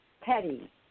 petty